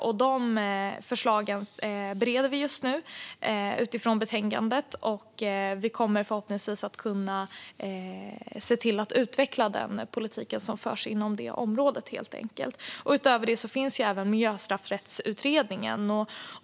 Vi bereder just nu förslagen i betänkandet, och vi kommer förhoppningsvis att kunna se till att utveckla den politik som förs inom detta område. Utöver detta finns även Miljöstraffrättsutredningen.